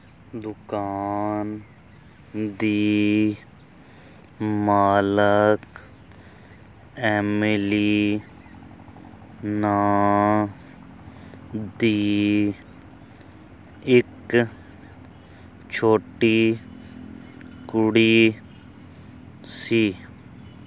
ਦੁਕਾਨ ਦੀ ਮਾਲਕ ਐਮਿਲੀ ਨਾਂ ਦੀ ਇੱਕ ਛੋਟੀ ਕੁੜੀ ਸੀ